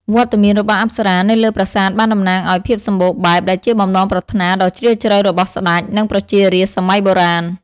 វត្តមានរបស់អប្សរានៅលើប្រាសាទបានតំណាងឲ្យ ភាពសម្បូរបែប ដែលជាបំណងប្រាថ្នាដ៏ជ្រាលជ្រៅរបស់ស្តេច និងប្រជារាស្ត្រសម័យបុរាណ។